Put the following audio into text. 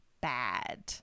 bad